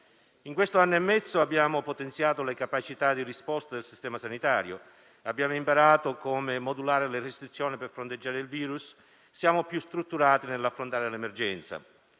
In questo anno e mezzo abbiamo potenziato le capacità di risposta del Sistema sanitario. Abbiamo imparato come modulare le restrizioni per fronteggiare il virus. Siamo più strutturati nell'affrontare l'emergenza.